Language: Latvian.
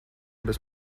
bez